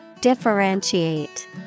Differentiate